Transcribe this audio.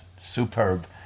Superb